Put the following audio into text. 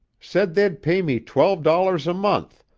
said they'd pay me twelve dollars a month,